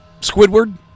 Squidward